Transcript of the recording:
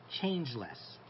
changeless